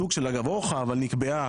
סוג של אגב אורחא אבל נקבעה,